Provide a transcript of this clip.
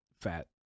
fat